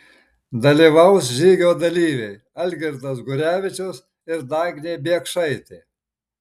dalyvaus žygio dalyviai algirdas gurevičius ir dagnė biekšaitė